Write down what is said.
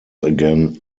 again